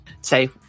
Say